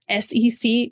SEC